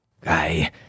Guy